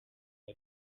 iyo